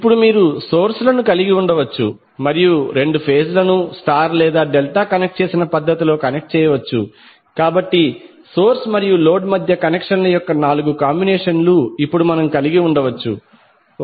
ఇప్పుడు మీరు సోర్స్ ను కలిగి ఉండవచ్చు మరియు రెండు ఫేజ్ లను స్టార్ లేదా డెల్టా కనెక్ట్ చేసిన పద్ధతిలో కనెక్ట్ చేయవచ్చు కాబట్టి సోర్స్ మరియు లోడ్ మధ్య కనెక్షన్ల యొక్క నాలుగు కాంబినేషన్లను ఇప్పుడు మనం కలిగి ఉండవచ్చు 1